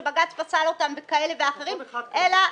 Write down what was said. שבג"צ פסל אותם ואחרים --- אחד כזה --- סליחה,